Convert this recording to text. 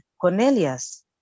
Cornelius